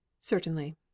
Certainly